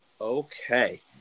Okay